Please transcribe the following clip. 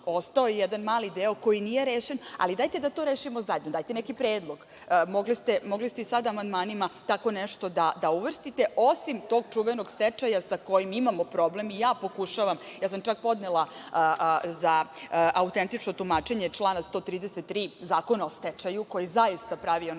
ostao je jedan mali deo koji nije rešen, ali dajte da to rešimo zajedno, dajte neki predlog. Mogli ste i sad amandmanima tako nešto da uvrstite, osim tog čuvenog stečaja sa kojim imamo problem. I ja pokušavam, čak sam podnela za autentično tumačenje člana 133. Zakona o stečaju, koji zaista pravi jedan